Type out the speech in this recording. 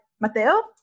Mateo